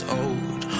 old